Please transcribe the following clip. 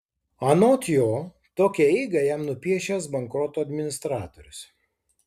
anot jo tokią eigą jam nupiešęs bankroto administratorius